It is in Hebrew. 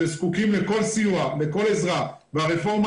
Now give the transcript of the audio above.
שזקוקים לכל סיוע ולכל עזרה והרפורמה